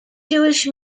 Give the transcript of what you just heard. jewish